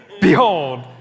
Behold